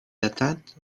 atteinte